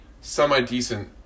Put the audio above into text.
semi-decent